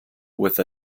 with